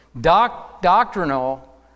doctrinal